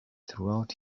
throughout